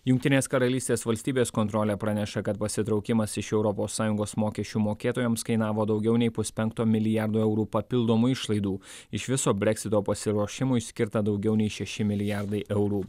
jungtinės karalystės valstybės kontrolė praneša kad pasitraukimas iš europos sąjungos mokesčių mokėtojams kainavo daugiau nei puspenkto milijardo eurų papildomų išlaidų iš viso breksito pasiruošimui skirta daugiau nei šeši milijardai eurų